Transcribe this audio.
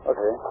Okay